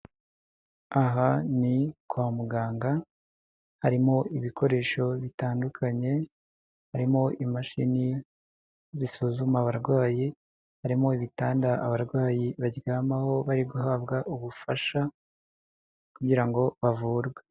Aha ni kwa muganga harimo ibikoresho bitandukanye, harimo imashini zisuzuma abarwayi, harimo ibitanda abarwayi baryamaho bari guhabwa ubufasha kugira ngo bavurwe.